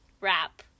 wrap